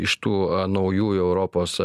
iš tų naujųjų europos